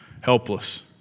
helpless